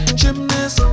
gymnast